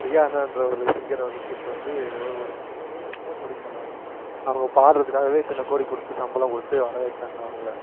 ரியானான்ற ஒரு சிங்கரை வந்து கூட்டு வந்து எதோ ஒரு ஊர் எத்தனையோ கோடின்னு சொன்னாங்க அவள் பாடுறதுக்காகவே இத்தனை கோடி கொடுத்து சம்பளம் கொடுத்து வர வச்சாங்க அவளை